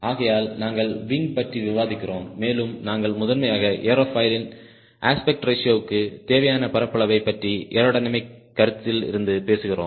ஆகையால் நாங்கள் விங் பற்றி விவாதிக்கிறோம் மேலும் நாங்கள் முதன்மையாக ஏரோஃபாயிலின் அஸ்பெக்ட் ரேஷியோ க்கு தேவையான பரப்பளவைப் பற்றி ஏரோடைனமிக் கருத்தில் இருந்து பேசுகிறோம்